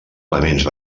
elements